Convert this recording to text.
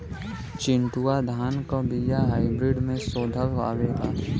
चिन्टूवा धान क बिया हाइब्रिड में शोधल आवेला?